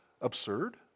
absurd